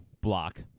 block